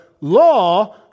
law